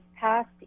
passed